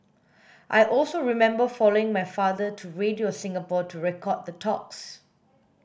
I also remember following my father to Radio Singapore to record the talks